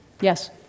Yes